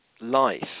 life